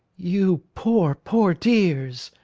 you poor, poor dears,